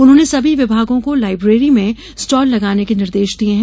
उन्होंने सभी विभागों को लाईब्रेरी में स्टॉल लगाने के निर्देश दिये हैं